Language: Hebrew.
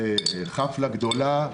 חפלה גדולה,